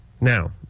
Now